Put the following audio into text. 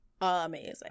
amazing